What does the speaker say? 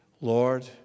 Lord